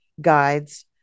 guides